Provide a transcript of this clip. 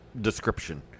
description